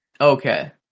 Okay